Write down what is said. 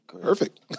Perfect